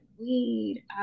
weed